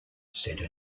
said